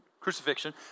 crucifixion